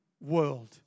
world